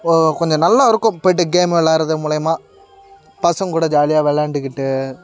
ஓ கொஞ்சம் நல்லா இருக்கும் போயிட்டு கேம் விளாட்றது மூலிமா பசங்ககூட ஜாலியாக விளாண்டுக்கிட்டு